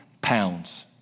pounds